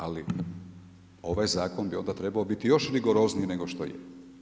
Ali ovaj zakon bi trebao biti još rigorozniji nego što je.